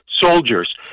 soldiers